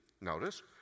notice